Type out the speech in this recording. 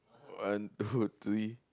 one two three